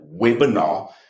webinar